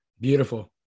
Beautiful